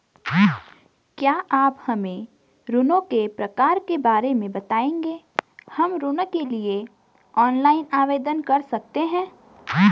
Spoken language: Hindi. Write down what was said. क्या आप हमें ऋणों के प्रकार के बारे में बताएँगे हम ऋण के लिए ऑनलाइन आवेदन कर सकते हैं?